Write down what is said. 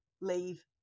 leave